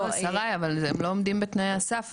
לא אבל שריי הם לא עומדים בתנאי הסף,